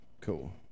Cool